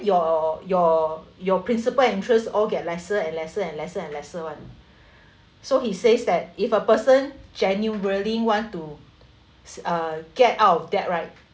your your your principal interest all get lesser and lesser and lesser and lesser [one] so he says that if a person generally want to uh get out of debt right